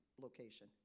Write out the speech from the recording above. location